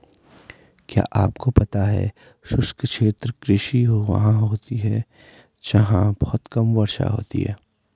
क्या आपको पता है शुष्क क्षेत्र कृषि वहाँ होती है जहाँ बहुत कम वर्षा होती है?